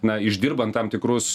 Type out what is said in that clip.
na išdirbant tam tikrus